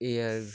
ইয়াৰ